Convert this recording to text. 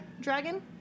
dragon